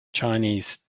chinese